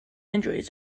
injuries